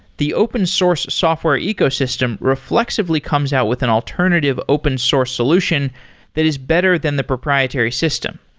the open source software ecosystem reflexively comes out with an alternative open source solution that is better than the proprietary system.